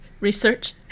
Research